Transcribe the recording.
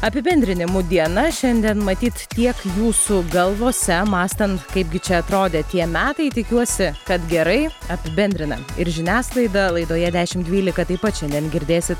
apibendrinimų diena šiandien matyt tiek mūsų galvose mąstant kaipgi čia atrodė tie metai tikiuosi kad gerai apibendrina ir žiniasklaida laidoje dešim dvylika taip pat šiandien girdėsit